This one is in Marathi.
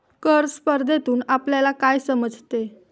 कर स्पर्धेतून आपल्याला काय समजते?